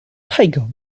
tiger